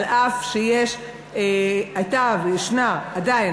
אף שהייתה ויש עדיין,